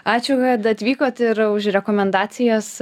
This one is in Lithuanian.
ačiū kad atvykot ir už rekomendacijas